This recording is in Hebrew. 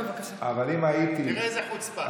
אבל אם הייתי, תראה איזה חוצפה.